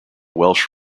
welsh